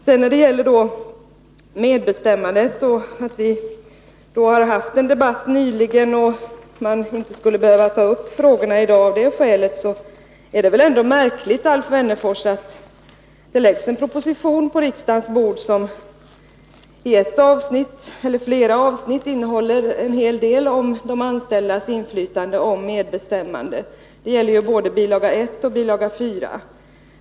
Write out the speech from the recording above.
Vi har haft en debatt om medbestämmande nyligen, men att vi av det skälet inte skulle behöva ta upp frågorna i dag är märkligt, Alf Wennerfors, då det har lagts en proposition på riksdagens bord som i flera avsnitt innehåller en hel del om de anställdas inflytande och medbestämmande. Det gäller både bil.1 och bil. 4.